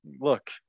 look